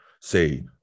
say